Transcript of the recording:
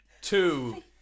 two